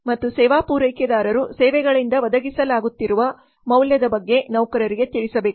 ಮತ್ತು ಸೇವಾ ಪೂರೈಕೆದಾರರು ಸೇವೆಗಳಿಂದ ಒದಗಿಸಲಾಗುತ್ತಿರುವ ಮೌಲ್ಯದ ಬಗ್ಗೆ ನೌಕರರಿಗೆ ತಿಳಿಸಬೇಕು